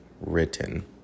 written